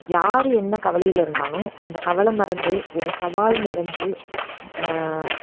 யார் என்ன கவலையில் இருந்தாலும் அந்த கவலை மறந்து ஒரு சவால் நிறைஞ்சு